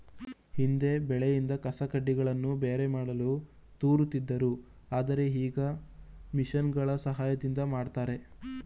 ಹಿಂದೆ ಬೆಳೆಯಿಂದ ಕಸಕಡ್ಡಿಗಳನ್ನು ಬೇರೆ ಮಾಡಲು ತೋರುತ್ತಿದ್ದರು ಆದರೆ ಈಗ ಮಿಷಿನ್ಗಳ ಸಹಾಯದಿಂದ ಮಾಡ್ತರೆ